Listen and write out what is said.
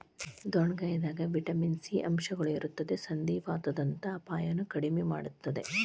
ಡೊಣ್ಣಗಾಯಿದಾಗ vitamin C ಅಂಶಗಳು ಇರತ್ತದ ಸಂಧಿವಾತದಂತ ಅಪಾಯನು ಕಡಿಮಿ ಮಾಡತ್ತದ